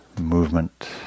movement